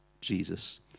Jesus